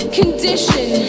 condition